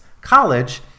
college